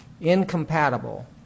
incompatible